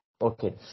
Ok